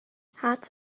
hats